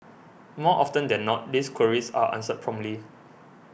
more often than not these queries are answered promptly